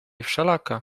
wszelaka